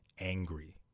angry